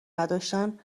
نداشتن